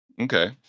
Okay